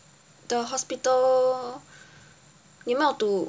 the hospital 你有没有读